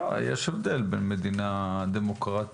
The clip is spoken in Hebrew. יש הבדל בין מדינה דמוקרטית.